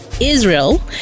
Israel